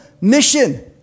mission